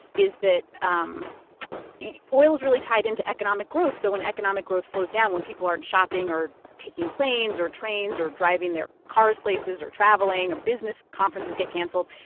is that um yeah oil is really tied into economic growth. so when economic growth slows down, when people aren't shopping or taking planes or trains or driving their cars places or traveling or business conferences get canceled,